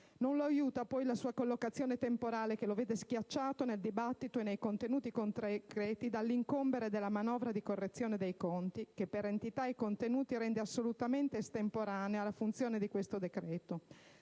Non lo aiuta, poi, la sua collocazione temporale, che lo vede schiacciato nel dibattito e nei contenuti concreti dall'incombere della manovra di correzione dei conti che, per entità e contenuti, rende assolutamente estemporanea la funzione di questo decreto.